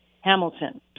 Hamilton